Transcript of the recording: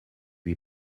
lui